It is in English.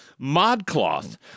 ModCloth